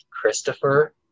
Christopher